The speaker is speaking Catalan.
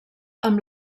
amb